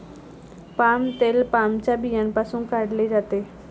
palm तेल पामच्या बियांपासून काढले जाते